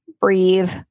breathe